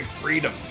freedom